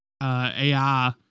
AI